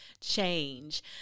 change